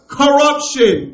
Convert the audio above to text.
corruption